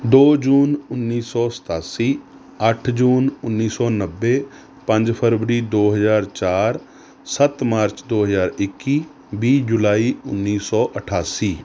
ਦੋ ਜੂਨ ਉੱਨੀ ਸੌ ਸਤਾਸੀ ਅੱਠ ਜੂਨ ਉੱਨੀ ਸੌ ਨੱਬੇ ਪੰਜ ਫਰਵਰੀ ਦੌ ਹਜ਼ਾਰ ਚਾਰ ਸੱਤ ਮਾਰਚ ਦੋ ਹਜ਼ਾਰ ਇੱਕੀ ਵੀਹ ਜੁਲਾਈ ਉੱਨੀ ਸੌ ਅਠਾਸੀ